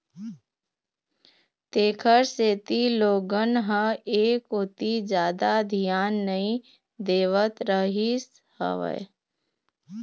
तेखर सेती लोगन ह ऐ कोती जादा धियान नइ देवत रहिस हवय